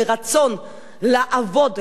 ברצון לעבוד,